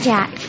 Jack